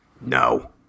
No